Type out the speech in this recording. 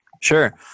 Sure